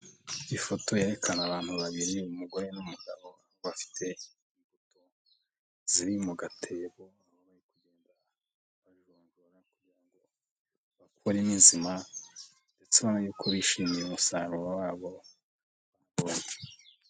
Ifoto yerekana abantu babiri, umugore n'umugabo bafite imbuto ziri mu gatebo bazijonjora kugira ngo bakuremo inzima ndetse ubona yuko bishimiye umusaruro wabo bombi.